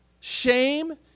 shame